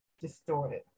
distorted